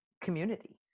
community